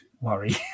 worry